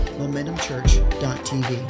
momentumchurch.tv